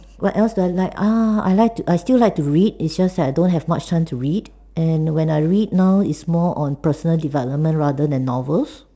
what else do I like ah I like I still like to read is just that I don't have much time to read and when I read now is more on personal development rather than novels